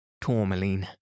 tourmaline